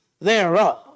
thereof